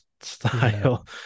style